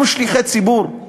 אנחנו שליחי ציבור.